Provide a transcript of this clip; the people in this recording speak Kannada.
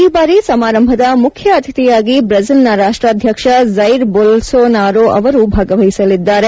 ಈ ಬಾರಿ ಸಮಾರಂಭದ ಮುಖ್ಯ ಅತಿಥಿಯಾಗಿ ಬ್ರೆಜಿಲ್ನ ರಾಷ್ಟಾಧ್ಯಕ್ಷ ಝೈರ್ ಬೋಲ್ಸೊನಾರೊ ಅವರು ಭಾಗವಹಿಸಲಿದ್ದಾರೆ